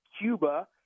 Cuba –